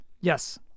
Yes